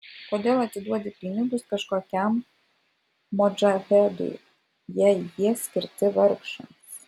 kodėl atiduodi pinigus kažkokiam modžahedui jei jie skirti vargšams